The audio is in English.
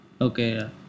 Okay